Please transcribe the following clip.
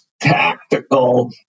tactical